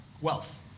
wealth